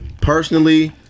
Personally